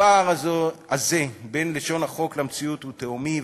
הפער הזה בין לשון החוק למציאות הוא תהומי,